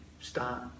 start